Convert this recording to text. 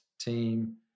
team